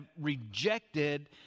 rejected